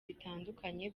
bitandukanye